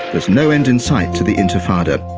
there's no end in sight to the intifada.